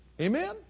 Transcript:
Amen